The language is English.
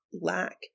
lack